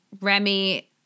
Remy –